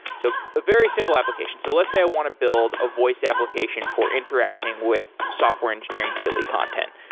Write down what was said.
so a very simple application, so let's say i want to build a voice application for interacting with software engineering daily content.